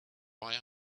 boy